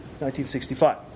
1965